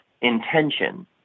intention